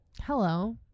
Hello